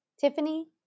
Tiffany